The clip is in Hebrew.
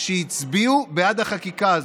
שהצביעו בעד החקיקה הזאת.